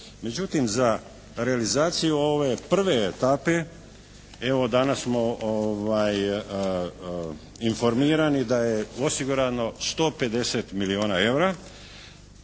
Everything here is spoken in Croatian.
Međutim za realizaciju ove prve etape evo danas smo informirani da je osigurano 150 milijuna eura